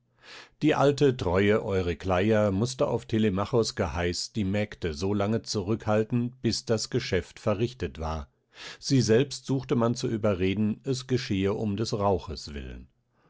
die alte treue eurykleia mußte auf telemachos geheiß die mägde so lange zurückhalten bis das geschäft verrichtet war sie selbst suchte man zu überreden es geschehe um des rauches willen